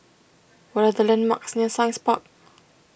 what are the landmarks near Science Park